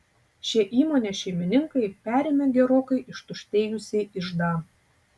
šie įmonės šeimininkai perėmė gerokai ištuštėjusį iždą